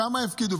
כמה יפקידו?